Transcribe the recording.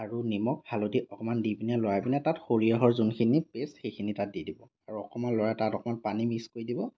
আৰু নিমখ হালধি অকণমান দি পিনে লৰাই পিনাই তাত সৰিয়হৰ যোনখিনি পেষ্ট সেইখিনি তাত দি দিব আৰু অকণমান লৰাই তাত অকণ পানী মিছ কৰি দিব